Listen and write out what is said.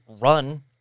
run